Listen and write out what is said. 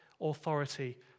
authority